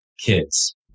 kids